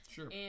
Sure